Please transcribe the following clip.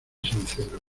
sincero